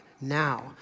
now